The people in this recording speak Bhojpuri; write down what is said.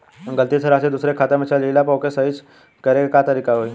गलती से राशि दूसर के खाता में चल जइला पर ओके सहीक्ष करे के का तरीका होई?